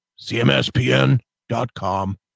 CMSPN.com